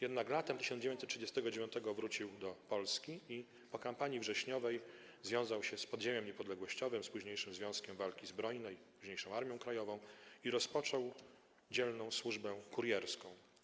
Jednak latem 1939 r. wrócił do Polski i po kampanii wrześniowej związał się z podziemiem niepodległościowym, ze Związkiem Walki Zbrojnej, późniejszą Armią Krajową, i rozpoczął dzielną służbę kurierską.